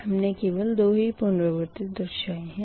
हमने केवल दो ही पुनरावर्ती दर्शाई है